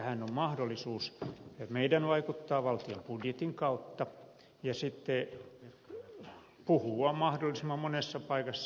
tähän on mahdollisuus meidän vaikuttaa valtion budjetin kautta ja sitten puhua mahdollisimman monessa paikassa